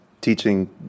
teaching